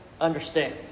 Understand